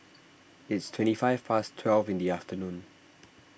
its twenty five past twelve in the afternoon